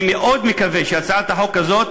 אני מאוד מקווה שהצעת החוק הזאת,